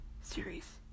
series